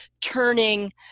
turning